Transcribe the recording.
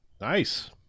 Nice